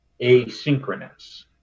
asynchronous